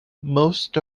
most